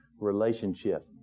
relationship